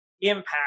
impact